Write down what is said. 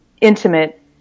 intimate